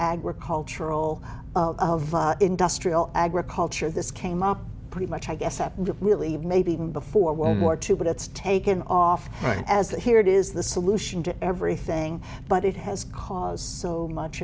agricultural industrial agriculture this came up pretty much i guess that really maybe even before world war two but it's taken off as the here it is the solution to everything but it has caused so much